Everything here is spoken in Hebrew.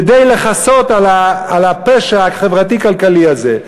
כדי לכסות על הפשע החברתי-כלכלי הזה.